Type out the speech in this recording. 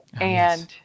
and-